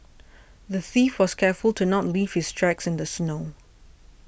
the thief was careful to not leave his tracks in the snow